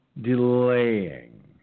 delaying